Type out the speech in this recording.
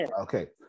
Okay